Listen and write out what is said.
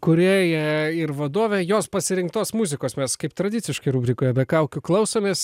kūrėja ir vadovė jos pasirinktos muzikos mes kaip tradiciškai rubrikoje be kaukių klausomės